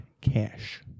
cash